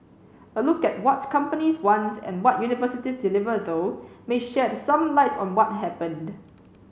a look at what companies want and what universities deliver though may shed some light on what happened